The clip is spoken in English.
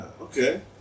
okay